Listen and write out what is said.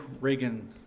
Reagan